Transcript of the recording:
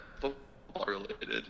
football-related